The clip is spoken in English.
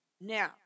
Now